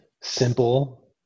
simple